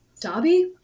Dobby